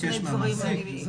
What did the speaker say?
שינינו את זה.